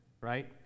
right